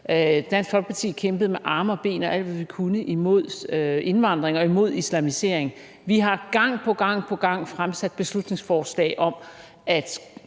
Dansk Folkeparti kæmpede med arme og ben, og vi kæmpede alt, hvad vi kunne, imod indvandring og imod islamisering. Vi har gang på gang fremsat beslutningsforslag om at